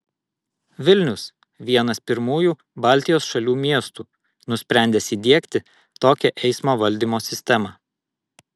vilnius vienas pirmųjų baltijos šalių miestų nusprendęs įdiegti tokią eismo valdymo sistemą